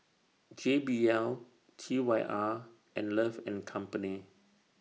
J B L T Y R and Love and Company